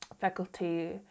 Faculty